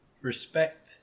respect